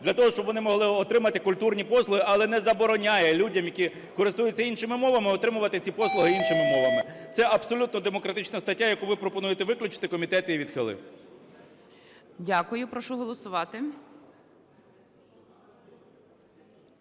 для того, щоб вони могли отримати культурні послуги, але не забороняє людям, які користуються іншими мовами, отримувати ці послуги іншими мовами. Це абсолютно демократична стаття, яку ви пропонуєте виключити, комітет її відхилив. ГОЛОВУЮЧИЙ. Дякую. Прошу голосувати.